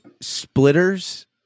splitters